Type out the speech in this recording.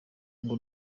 ngo